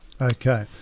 okay